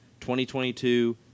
2022